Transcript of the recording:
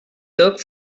took